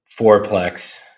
fourplex